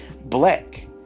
Black